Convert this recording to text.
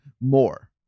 more